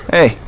Hey